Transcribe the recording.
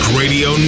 radio